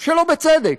שלא בצדק,